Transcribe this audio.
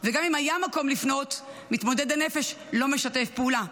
וגם אם היה מקום לפנות, מתמודד נפש לא משתף פעולה.